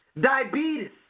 diabetes